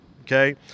okay